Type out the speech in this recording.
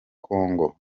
kongo